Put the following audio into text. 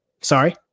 Sorry